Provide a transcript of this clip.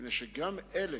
מפני שגם אלה